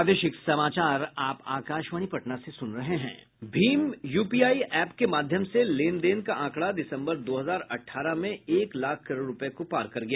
Bhim UPI app के माध्यम से लेन देन का आंकड़ा दिसंबर दो हजार अठाहर में एक लाख करोड़ रुपये को पार कर गया